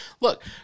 look